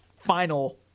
final